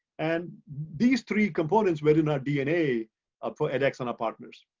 and these three components were in our dna for edx and our partners.